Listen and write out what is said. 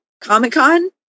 Comic-Con